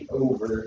over